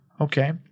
okay